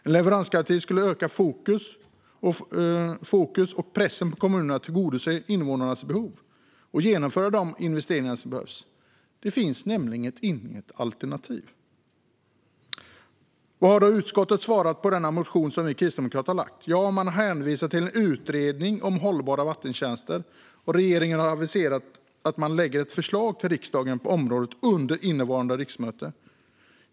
En leveransgaranti skulle öka fokus och pressen på kommunerna att tillgodose invånarnas behov och att genomföra de investeringar som behövs. Det finns nämligen inget alternativ. Vad har då utskottet svarat på denna motion som vi kristdemokrater har lagt? Man hänvisar till en utredning om hållbara vattentjänster, och regeringen har aviserat att man lägger ett förslag till riksdagen på området under innevarande riksmöte.